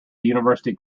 university